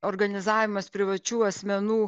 organizavimas privačių asmenų